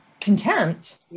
contempt